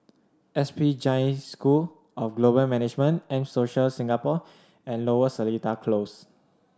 S P Jain School of Global Management M Social Singapore and Lower Seletar Close